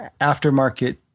aftermarket